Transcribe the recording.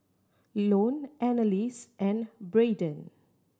Lone Annalise and Braeden